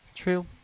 true